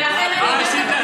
ולכן אני אומרת פה,